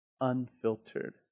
unfiltered